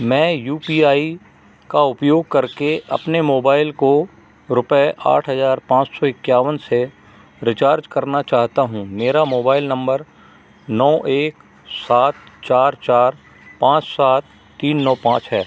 मैं U P I का उपयोग करके अपने मोबाइल को रुपये आठ हज़ार पाँच सौ इक्यावन से रिचार्ज करना चाहता हूँ मेरा मोबाइल नम्बर नौ एक सात चार चार पाँच सात तीन नौ पाँच है